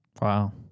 Wow